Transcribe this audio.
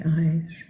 eyes